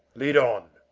lead on.